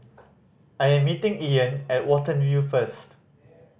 I am meeting Ian at Watten View first